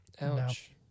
Ouch